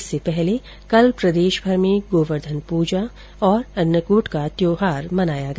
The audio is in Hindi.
इससे पहले कल प्रदेशभर में गोवर्धन पूजा और अन्नकूट का त्यौहार मनाया गया